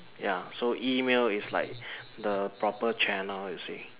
ya so email is like the proper channel you see